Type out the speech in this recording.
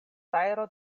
fajro